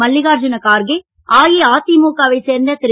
மல்லிகார்ஜுன கார்கே அஇஅதிமுக வைச் சேர்ந்த திரு